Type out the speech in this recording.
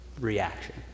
reaction